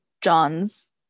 john's